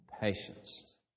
patience